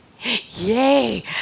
yay